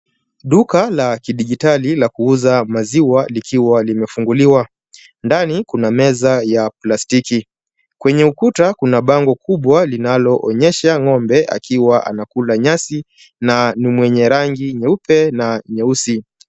Duka la kidijitali la kuuza maziwa likiwa limefunguliwa .Ndani kuna meza ya plastiki. Kwenye ukuta kuna bango kubwa linaloonyesha ng'ombe akiwa anakula nyasi na ni mwenye rangi nyeupe na nyeusi.